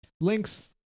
Links